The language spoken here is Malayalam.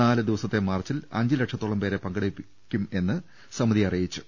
നാലു ദിവസത്തെ മാർച്ചിൽ അഞ്ച് ലക്ഷത്തോളം പേരെ പങ്കെടുപ്പിക്കുമെന്ന് സമിതി അറിയിച്ചു